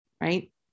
right